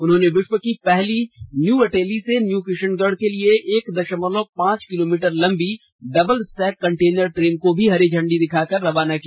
उन्होंने विश्व की पहली न्यू अटेली से न्यू किशनगढ़ को लिए एक दशमलव पांच किलोमीटर लंबी डबल स्टैक कंटेनर ट्रेन को भी हरी झंडी दिखाकर रवाना किया